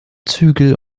zügel